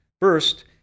First